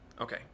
Okay